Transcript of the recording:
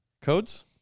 Codes